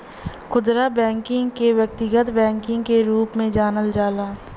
खुदरा बैकिंग के व्यक्तिगत बैकिंग के रूप में जानल जाला